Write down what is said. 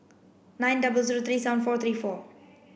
nine double zero three seven four three four